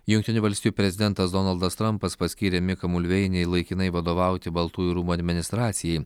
jungtinių valstijų prezidentas donaldas trampas paskyrė miką mulveinį laikinai vadovauti baltųjų rūmų administracijai